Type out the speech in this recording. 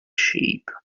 sheep